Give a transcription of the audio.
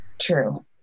True